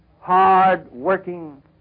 hard-working